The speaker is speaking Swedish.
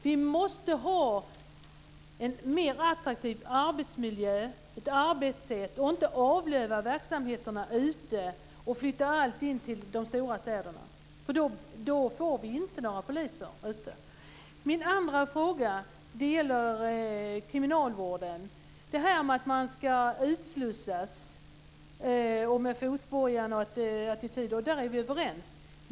Vi måste ha en mer attraktiv arbetsmiljö och ett mer attraktivt arbetssätt, inte avlöva verksamheterna ute och flytta allt in till de stora städerna. Då får vi inte några poliser ute. Min andra fråga gäller kriminalvården. I fråga om utslussningen, fotbojan och attityderna är vi överens.